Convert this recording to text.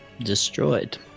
destroyed